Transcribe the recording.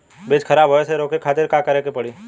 बीज खराब होए से रोके खातिर का करे के पड़ी?